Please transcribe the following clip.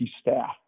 staff